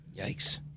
Yikes